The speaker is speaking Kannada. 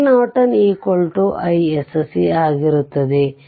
ಆದ್ದರಿಂದ iNorton iSC ಆಗಿರುತ್ತದೆ